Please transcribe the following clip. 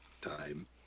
time